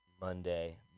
Monday